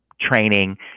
training